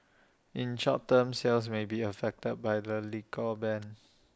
in short term sales may be affected by the liquor ban